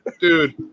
dude